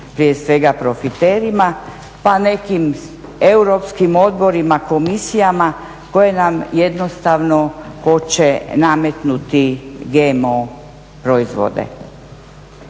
prije svega profiterima pa nekim europskim odborima, komisijama koje nam jednostavno hoće nametnuti GMO proizvode.